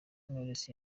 knowless